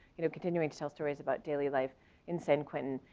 you know continuing to tell stories about daily life in san quentin.